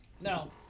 Now